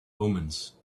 omens